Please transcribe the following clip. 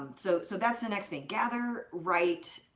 um so so that's the next thing, gather, write,